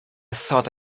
thought